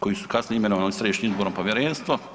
koji su kasnije imenovani u Središnje izborno povjerenstvo.